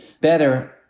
better